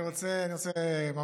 אני רוצה להגיד,